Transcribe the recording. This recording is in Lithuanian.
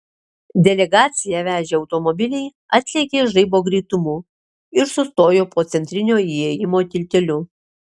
delegaciją vežę automobiliai atlėkė žaibo greitumu ir sustojo po centrinio įėjimo tilteliu